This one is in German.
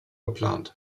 geplant